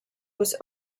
was